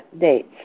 dates